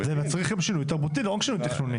זה מצריך גם שינוי תרבותי, לא רק שינוי תכנוני.